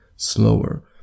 Slower